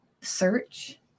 search